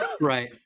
Right